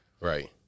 Right